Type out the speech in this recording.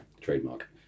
Trademark